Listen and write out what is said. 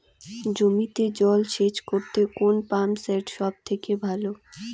জমিতে জল সেচ করতে কোন পাম্প সেট সব থেকে ভালো?